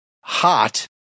hot